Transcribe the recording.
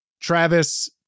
Travis